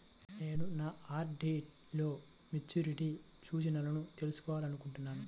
నేను నా ఆర్.డీ లో మెచ్యూరిటీ సూచనలను తెలుసుకోవాలనుకుంటున్నాను